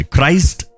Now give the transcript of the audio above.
Christ